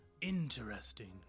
Interesting